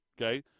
okay